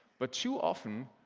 but too often,